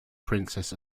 princess